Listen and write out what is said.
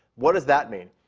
what does that mean?